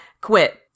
quit